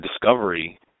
discovery